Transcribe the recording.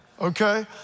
Okay